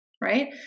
right